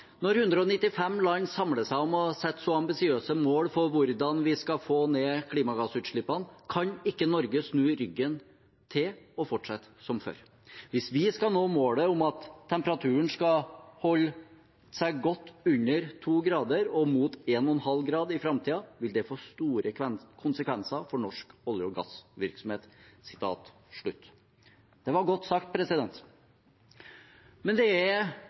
195 land samler seg om å sette så ambisiøse mål for hvordan vi skal få ned klimagassutslippene, kan ikke Norge snu ryggen til og fortsette som før. Hvis vi skal nå målet om at temperaturen skal godt under to grader og mot 1,5 grader i fremtiden, vil det få store konsekvenser for norsk olje- og gassvirksomhet.» Det var godt sagt. Men det er